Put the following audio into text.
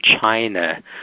China